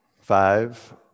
Five